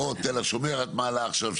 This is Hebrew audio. כמו תל השומר שאת מעלה עכשיו,